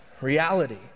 reality